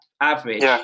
average